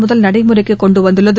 முதல் நடைமுறைக்கு கொண்டு வந்துள்ளது